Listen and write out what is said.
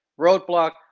Roadblock